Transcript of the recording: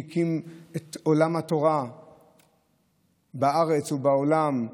שהקים את עולם התורה בארץ ובעולם,